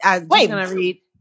Wait